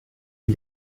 die